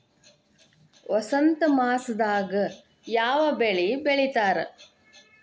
ವಸಂತ ಮಾಸದಾಗ್ ಯಾವ ಬೆಳಿ ಬೆಳಿತಾರ?